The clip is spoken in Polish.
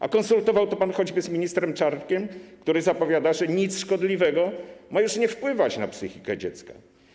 A konsultował to pan choćby z ministrem Czarnkiem, który zapowiada, że nic szkodliwego już ma nie wpływać na psychikę dziecka?